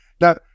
Now